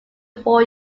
four